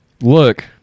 look